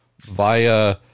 via